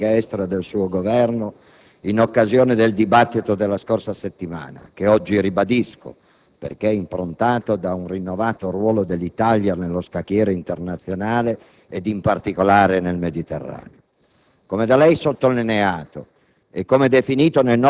Ho già avuto modo di esprimere il mio consenso sulla politica estera del suo Governo, in occasione del dibattito della scorsa settimana, che oggi ribadisco perché improntato da un rinnovato ruolo dell'Italia nello scacchiere internazionale ed in particolare nel Mediterraneo.